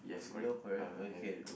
below correct okay